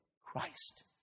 Christ